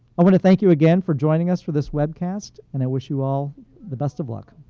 i want to thank you again for joining us for this webcast, and i wish you all the best of luck.